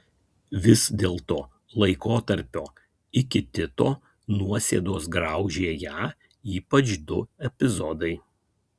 vis dėlto laikotarpio iki tito nuosėdos graužė ją ypač du epizodai